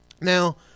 Now